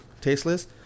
tasteless